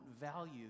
value